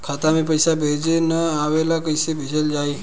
खाता में पईसा भेजे ना आवेला कईसे भेजल जाई?